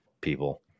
people